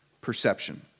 perception